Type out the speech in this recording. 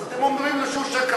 אז אתם אומרים לו שהוא שקרן,